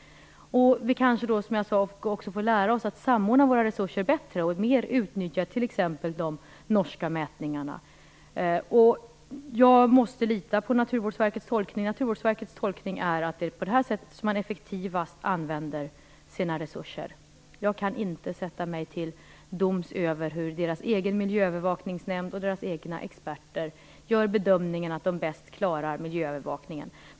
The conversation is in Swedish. Vi får kanske, som jag sade, också lära oss att samordna våra resurser bättre och mer utnyttja t.ex. de norska mätningarna. Jag måste lita på Naturvårdsverkets tolkning, som är att det är på det här sättet som man effektivast använder sina resurser. Jag kan inte sätta mig till doms över hur dess egen miljöövervakningsnämnd och dess egna experter gör bedömningen att de bäst klarar miljöövervakningen.